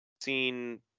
seen